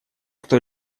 кто